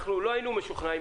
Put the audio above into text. אנחנו לא היינו משוכנעים.